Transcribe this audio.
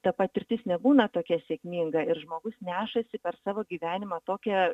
ta patirtis nebūna tokia sėkminga ir žmogus nešasi per savo gyvenimą tokią